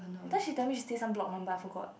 that time she tell me she stay in some block number I forgot